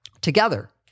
together